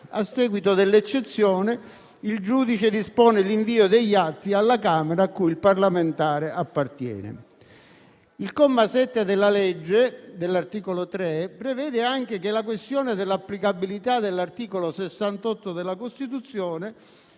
a seguito dell'eccezione, il giudice dispone l'invio degli atti alla Camera a cui il parlamentare appartiene. L'articolo 3, comma 7, della citata legge prevede anche che la questione dell'applicabilità dell'articolo 68 della Costituzione